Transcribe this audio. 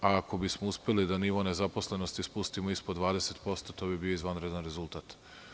Ako bismo uspeli da nivo nezaposlenosti spustimo ispod 20%, to bi bio izvanredan rezultat.